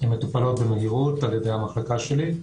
הן מטופלות במהירות על ידי המחלקה שלי.